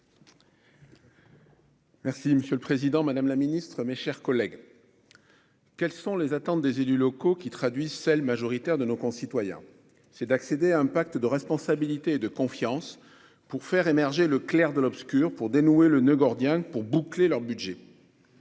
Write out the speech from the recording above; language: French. demande. Monsieur le président, madame la ministre, mes chers collègues, quelles sont les attentes des élus locaux, qui traduisent celles, majoritaires, de nos concitoyens ? C'est d'accéder à un pacte de responsabilité et de confiance, pour faire émerger le clair de l'obscur et dénouer le noeud gordien permettant de boucler leur budget.